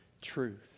truth